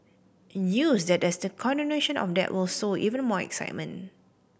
and use that there's continuation of that will sow even more excitement